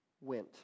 went